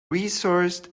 resourced